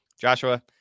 Joshua